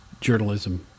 journalism